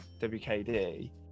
WKD